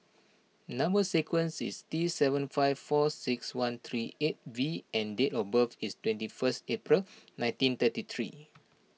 Number Sequence is T seven five four six one three eight V and date of birth is twenty first April nineteen thirty three